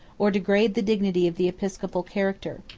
or degrade the dignity of the episcopal character.